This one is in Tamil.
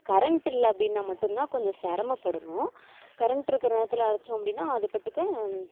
கரண்ட் இல்லை அப்படின்னா மட்டுந்தான் கொஞ்சம் சிரமப்படணும் கரண்ட்டு இருக்கிற நேரத்தில் அரைத்தோம் அப்படின்னா அதுப்பாட்டுக்கே